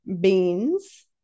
beans